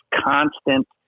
constant